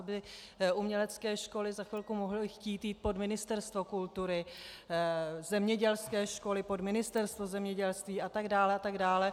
To by umělecké školy za chvilku mohly chtít jít pod Ministerstvo kultury, zemědělské školy pod Ministerstvo zemědělství a tak dále a tak dále.